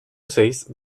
ocells